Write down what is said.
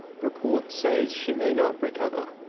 report says she may not recover.